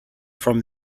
from